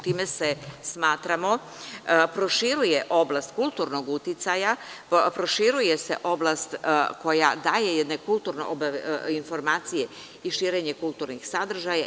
Time smatramo proširuje oblast kulturnog uticaja, proširuje se oblast koja daje jedne kulturne informacije i širenje kulturnih sadržaja.